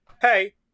hey